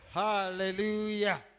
hallelujah